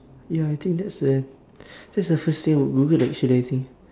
ya I think that's the that's the first thing I would google actually I think